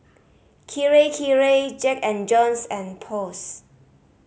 Kirei Kirei Jack and Jones and Post